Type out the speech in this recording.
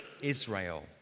Israel